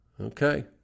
Okay